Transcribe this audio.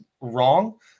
wrong